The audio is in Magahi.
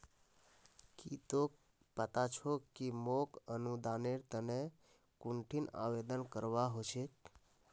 की तोक पता छोक कि मोक अनुदानेर तने कुंठिन आवेदन करवा हो छेक